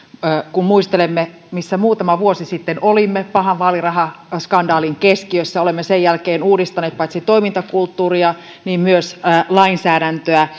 kun muistelemme missä muutama vuosi sitten olimme pahan vaalirahaskandaalin keskiössä että olemme sen jälkeen uudistaneet paitsi toimintakulttuuria myös lainsäädäntöä